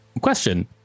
Question